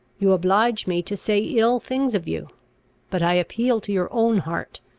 you oblige me to say ill things of you but i appeal to your own heart,